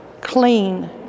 clean